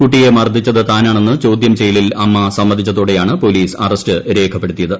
കുട്ടിയെ മർദ്ദിച്ചത് താനാണെന്ന് ചോദ്യം ചെയ്യലിൽ അമ്മു സമ്മതിച്ചതോടെയാണ് പോലീസ് ആറ്റസ്റ്റ് രേഖപ്പെടുത്തിയത്